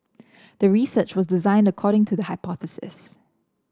the research was designed according to the hypothesis